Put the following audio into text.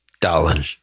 Darlin